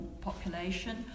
population